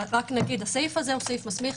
זה סעיף מסמיך.